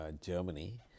Germany